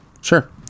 Sure